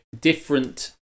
...different